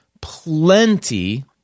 plenty